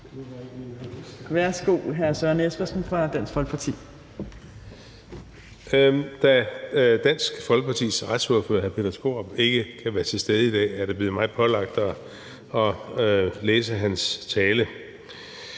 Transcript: Da Dansk Folkepartis retsordfører, hr. Peter Skaarup, ikke kan være til stede i dag, er det blevet mig pålagt at læse hans tale